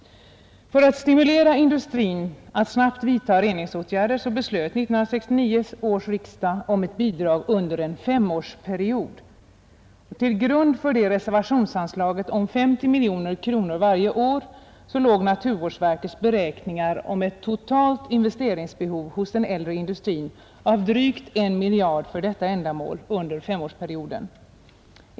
För att stimulera industrin till att snabbt vidta reningsåtgärder beslöt 1969 års riksdag om ett bidrag under en femårsperiod. Till grund för reservationsanslaget om 50 miljoner kronor varje år låg naturvårdsverkets beräkningar om ett totalt investeringsbehov hos den äldre industrin på drygt 1 miljard för detta ändamål under en femårsperiod.